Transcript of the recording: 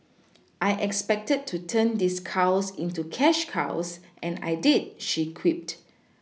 I expected to turn these cows into cash cows and I did she quipped